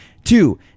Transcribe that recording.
Two